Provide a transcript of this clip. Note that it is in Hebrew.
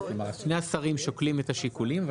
כלומר שני השרים שוקלים את השיקולים אבל